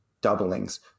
doublings